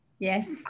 Yes